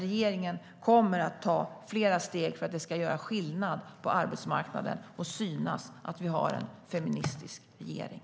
Regeringen kommer att ta flera steg för att vi ska göra skillnad på arbetsmarknaden och att det ska synas att vi har en feministisk regering.